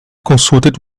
consulted